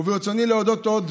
ברצוני להודות עוד